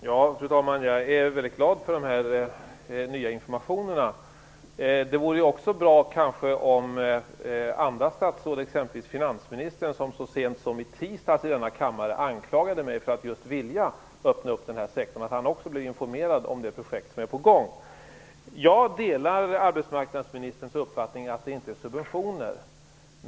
Fru talman! Jag är väldigt glad över den nya informationen. Det vore också bra om andra statsråd - exempelvis finansministern som så sent som i tisdags i denna kammare anklagade mig just för att vilja öppna den här sektorn - blev informerade om de projekt som är på gång. Jag delar arbetsmarknadsministerns uppfattning att det inte är fråga om subventioner.